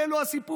זה לא הסיפור.